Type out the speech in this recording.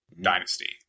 dynasty